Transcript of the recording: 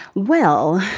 well,